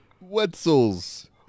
Wetzels